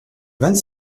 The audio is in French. vingt